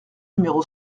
numéro